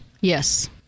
Yes